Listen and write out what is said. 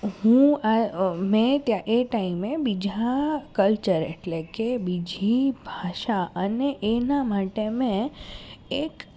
હું આ મેં ત્યાં એ ટાઈમે બીજા કલ્ચર એટલે કે બીજી ભાષા અને એના માટે મેં એક